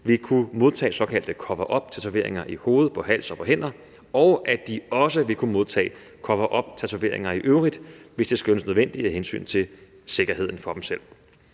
vil kunne modtage såkaldte coveruptatoveringer i hoved, på hals og på hænder, og at de også vil kunne modtage coveruptatoveringer i øvrigt, hvis det skønnes nødvendigt af hensyn til sikkerheden for dem selv.